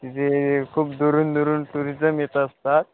तिथे खूप दुरून दुरून टुरिजम येत असतात